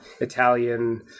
Italian